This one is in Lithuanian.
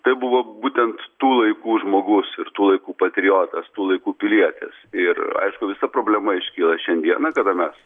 tai buvo būtent tų laikų žmogus ir tų laikų patriotas tų laikų pilietis ir aišku visa problema iškyla šiandieną kada mes